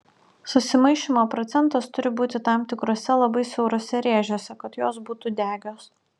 susimaišymo procentas turi būti tam tikruose labai siauruose rėžiuose kad jos būtų degios